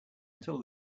until